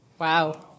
Wow